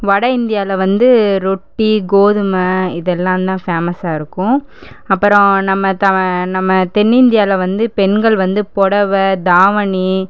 வட இந்தியாவில வந்து ரொட்டி கோதுமை இதெல்லாம் தான் ஃபேமஸ்ஸாருக்கும் அப்புறம் நம்ம தம நம்ம தென் இந்தியாவில வந்து பெண்கள் வந்து புடவ தாவணி